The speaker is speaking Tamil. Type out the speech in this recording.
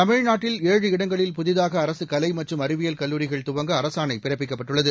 தமிழ்நாட்டில் ஏழு இடங்களில் புதிதாக அரசு கலை மற்றும் அறிவியல் கல்லூரிகள் துவங்க அரசாணை பிறப்பிக்கப்பட்டுள்ளது